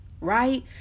right